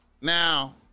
Now